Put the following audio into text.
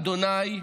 ה'